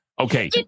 Okay